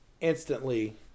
instantly